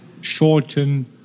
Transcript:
shorten